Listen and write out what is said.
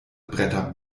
bretter